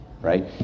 Right